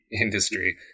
industry